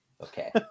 okay